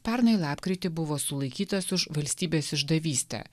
pernai lapkritį buvo sulaikytas už valstybės išdavystę